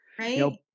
right